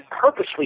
purposely